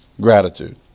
Gratitude